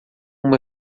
uma